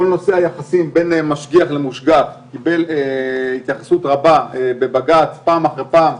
כל נושא היחסים בין משגיח למושגח קיבל התייחסות רבה בבג"צ פעם אחרי פעם,